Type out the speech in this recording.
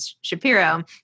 Shapiro